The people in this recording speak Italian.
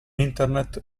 internet